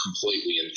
completely